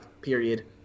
period